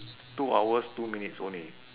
two hours two minutes only